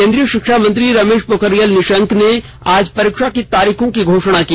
केंद्रीय शिक्षा मंत्री रमेश पोखरियाल निशंक ने आज परीक्षा की तारीखों की घोषणा की